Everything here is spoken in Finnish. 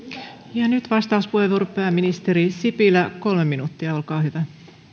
nyt pääministeri sipilän vastauspuheenvuoro kolme minuuttia olkaa hyvä